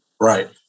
right